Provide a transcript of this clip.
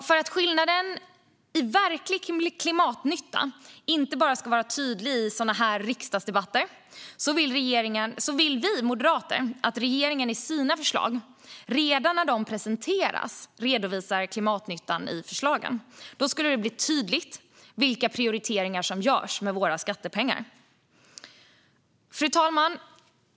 För att skillnaden i verklig klimatnytta ska vara tydlig inte bara i riksdagsdebatter vill vi moderater att regeringen i sina förslag redan när de presenteras redovisar klimatnyttan. Då skulle det bli tydligt vilka prioriteringar som görs med våra skattepengar. Fru talman!